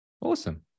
awesome